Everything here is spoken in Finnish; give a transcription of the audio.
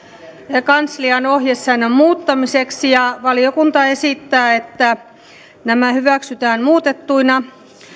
ja kanslian ohjesäännön muuttamiseksi ja valiokunta esittää että nämä hyväksytään muutettuina